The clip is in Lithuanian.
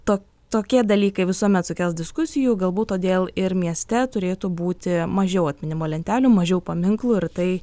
to tokie dalykai visuomet sukels diskusijų galbūt todėl ir mieste turėtų būti mažiau atminimo lentelių mažiau paminklų ir tai